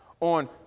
on